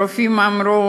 הרופאים אמרו: